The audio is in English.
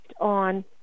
on